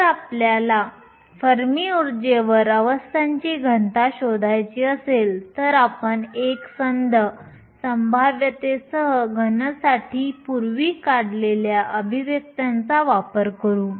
जर आपल्याला फर्मी ऊर्जेवर अवस्थांची घनता शोधायची असेल तर आपण एकसंध संभाव्यतेसह घनसाठी पूर्वी काढलेल्या अभिव्यक्त्यांचा वापर करू